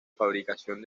fabricación